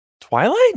Twilight